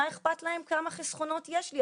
מה אכפת להם כמה חסכונות יש לי,